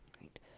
right